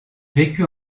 vécut